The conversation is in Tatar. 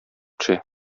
төшә